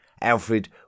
Alfred